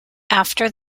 after